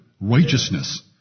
righteousness